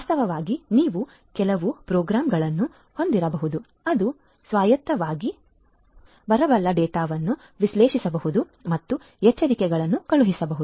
ವಾಸ್ತವವಾಗಿ ನೀವು ಕೆಲವು ಪ್ರೋಗ್ರಾಂಗಳನ್ನು ಹೊಂದಿರಬಹುದು ಅದು ಸ್ವಾಯತ್ತವಾಗಿ ಬರಬಲ್ಲ ಡೇಟಾವನ್ನು ವಿಶ್ಲೇಷಿಸಬಹುದು ಮತ್ತು ಎಚ್ಚರಿಕೆಗಳನ್ನು ಕಳುಹಿಸಬಹುದು